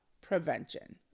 prevention